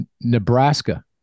Nebraska